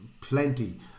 plenty